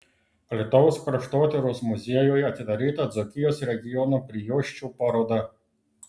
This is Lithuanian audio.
alytaus kraštotyros muziejuje atidaryta dzūkijos regiono prijuosčių paroda